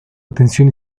atención